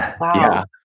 Wow